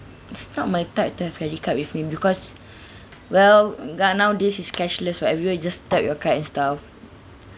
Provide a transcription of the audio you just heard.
it's not my type to have credit card with me because well uh g~ nowadays is cashless [what] everywhere you just tap your card and stuff